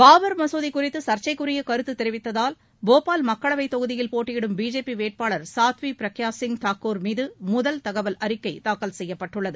பாபர் மசூதி குறித்து சர்ச்சைக்குரிய கருத்து தெரிவித்ததால் போபால் மக்களவைத் தொகுதியில் போட்டியிடும் பிஜேபி வேட்பாளர் சாத்வி பிரக்யா சிங் தாக்கூர் மீது முதல் தகவல் அறிக்கை தாக்கல் செய்யப்பட்டுள்ளது